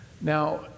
Now